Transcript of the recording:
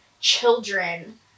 children